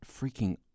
freaking